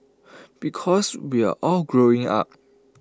because we're all growing up